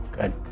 Good